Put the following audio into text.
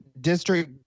District